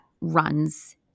runs